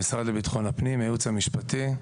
ייעוץ משפטי,